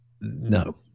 No